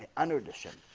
ah under the shed